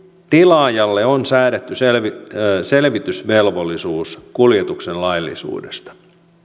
tilaajalle on säädetty selvitysvelvollisuus kuljetuksen laillisuudesta